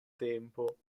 tempo